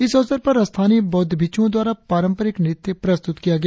इस अवसर पर स्थानीय बौद्ध भिक्षुओं द्वारा पारंपरिक नृत्य प्रस्तुत किया गया